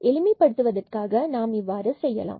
எளிமை படுத்துவதற்காக இவ்வாறு செய்யலாம்